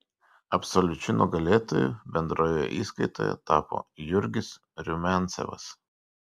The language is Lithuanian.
absoliučiu nugalėtoju bendroje įskaitoje tapo jurgis rumiancevas